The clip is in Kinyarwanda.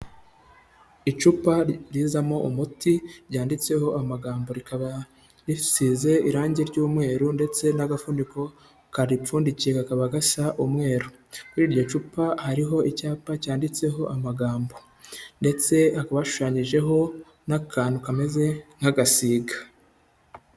Icupa rizamo umuti ryanditseho amagambo rikaba risize irange ry'umweru ndetse n'agafuniko karipfundikiye kakaba gasa umweru. Kuri iryo cupa hariho icyapa cyanditseho amagambo ndetse hakaba hashushanyijeho n'akantu kameze nk'agasiga.